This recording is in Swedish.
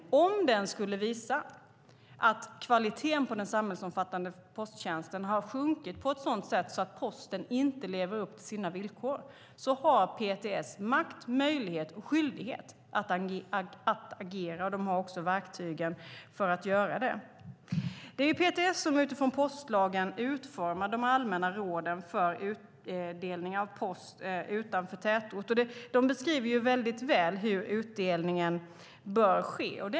Om den nya kartläggningen skulle visa att kvaliteten på den samhällsomfattande posttjänsten har sjunkit på ett sådant sätt så att Posten inte lever upp till villkoren har PTS makt, möjlighet, skyldighet och verktygen att agera. Det är PTS som utifrån postlagen utformar de allmänna råden för utdelning av post utanför tätort. De beskriver väl hur utdelningen bör ske.